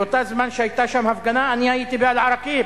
באותו זמן שהיתה שם הפגנה אני הייתי באל-עראקיב,